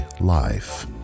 life